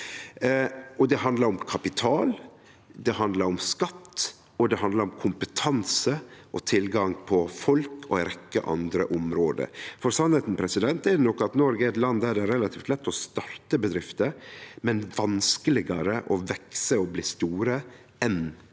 Det handlar om skatt. Det handlar om kompetanse og tilgang på folk og ei rekkje andre område. Sannheita er nok at Noreg er eit land der det er relativt lett å starte bedrifter, men vanskelegare å vekse og bli store enn i